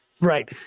Right